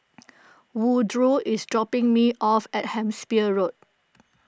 Woodroe is dropping me off at Hampshire Road